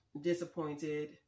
disappointed